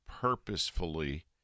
purposefully